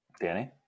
Danny